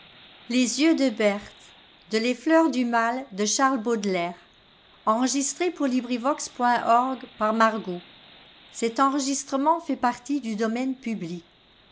les fleurs du mal